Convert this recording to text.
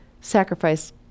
sacrifice